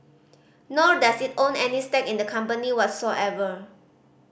nor does it own any stake in the company whatsoever